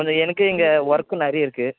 கொஞ்சம் எனக்கும் இங்கே ஒர்க்கு நிறைய இருக்குது